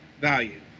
value